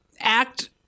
act